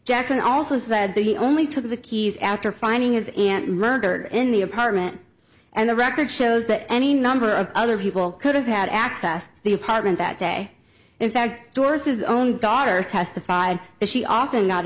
jackson also said that he only took the keys after finding his aunt murdered in the apartment and the record shows that any number of other people could have had access to the apartment that day in fact towards his own daughter testified that she often got